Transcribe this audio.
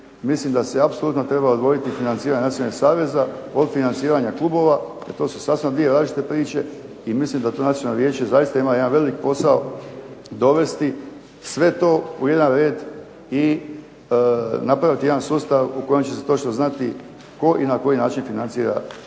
mislim da se apsolutno treba odvojiti financiranje nacionalnih saveza od financiranja klubova, jer to su sasma dvije različite priče i mislim da to Nacionalno vijeće zaista ima jedan velik posao dovesti sve to u jedan red i napraviti jedan sustav u kojem će se točno znati tko i na koji način financira